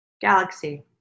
Galaxy